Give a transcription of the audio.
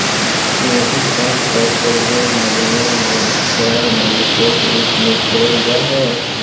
मेथी साग का प्रयोग मधुमेह के उपचार में विशेष रूप से करल जा हई